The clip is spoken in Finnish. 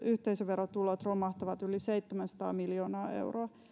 yhteisöverotulot romahtavat yli seitsemänsataa miljoonaa euroa